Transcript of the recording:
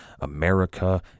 America